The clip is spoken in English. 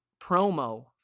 promo